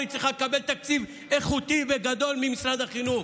היא צריכה לקבל תקציב איכותי וגדול ממשרד החינוך.